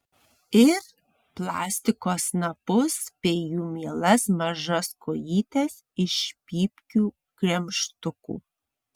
ir plastiko snapus bei jų mielas mažas kojytes iš pypkių gremžtukų